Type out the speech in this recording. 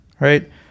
right